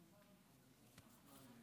בבקשה, אדוני,